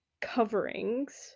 coverings